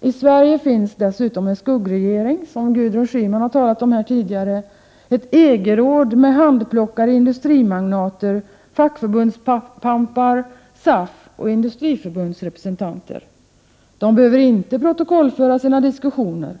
I Sverige finns dessutom en skuggregering, som Gudrun Schyman talade om tidigare — ett EG-råd, med handplockade industrimagnater, fackförbundspampar, SAF och Industriförbundsrepresentanter. De behöver inte protokollföra sina diskussioner.